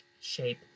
shape